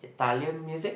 Italian music